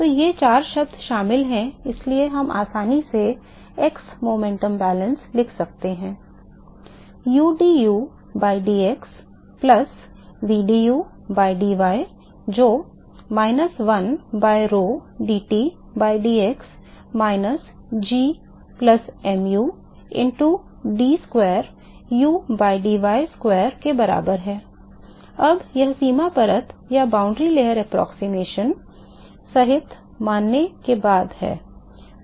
तो ये 4 शब्द शामिल हैं इसलिए हम आसानी से x संवेग संतुलन लिख सकते हैं udu by dx plus vdu by dy जो minus 1 by rho dt by dx minus g plus mu into d square u by dy square के बराबर है अब यह सीमा परत अनुमान सहित मानने के बाद है